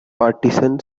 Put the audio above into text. partisan